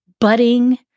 budding